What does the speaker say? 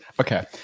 okay